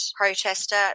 protester